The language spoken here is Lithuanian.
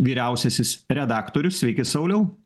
vyriausiasis redaktorius sveiki sauliau